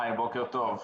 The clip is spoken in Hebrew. היי, בוקר טוב.